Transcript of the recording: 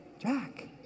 Jack